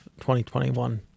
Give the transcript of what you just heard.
2021